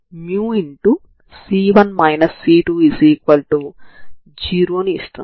ఇది ఆరిజిన్ గుండా వెళ్తుంది మరియు ఇది నాన్ జీరో అవుతుంది